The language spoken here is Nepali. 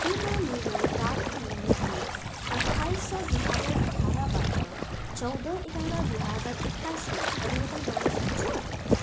के म मेरो प्राप्ति मिति अठाइस छ दुई हजार अठारबाट चौध एघार दुई हजार एक्काइसमा परिवर्तन गर्न सक्छु